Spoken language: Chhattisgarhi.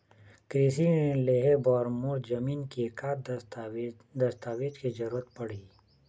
कृषि ऋण लेहे बर मोर जमीन के का दस्तावेज दस्तावेज के जरूरत पड़ही?